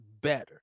better